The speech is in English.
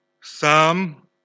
Psalm